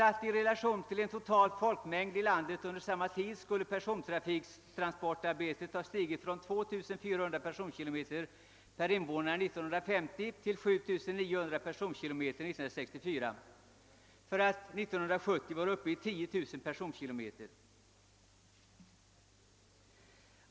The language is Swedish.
Satta i relation till den totala folkmängden i landet innebär dessa siffror att persontransportarbetet har stigit från 2400 personkilometer per invånare 1950 till 7900 år 1964 och beräknade 10 000 år 1970.